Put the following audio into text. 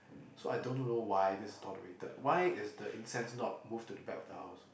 so I don't know why this is tolerated why is the incense not move to the back of the house